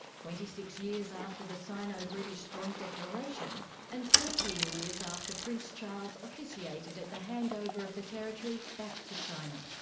twenty six years after the sino-british joint declaration and thirteen years after prince charles officiated at the handover of the territory back to china.